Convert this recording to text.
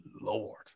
Lord